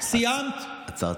רק אומרת לך, סיימת?